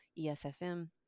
ESFM